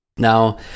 Now